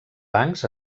bancs